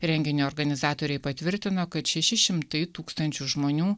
renginio organizatoriai patvirtino kad šeši šimtai tūkstančių žmonių